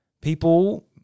people